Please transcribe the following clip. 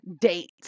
date